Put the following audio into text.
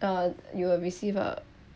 uh you will receive a